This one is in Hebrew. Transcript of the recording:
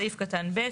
בסעיף קטן (ב),